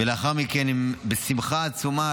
ולאחר מכן הם בשמחה עצומה,